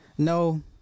no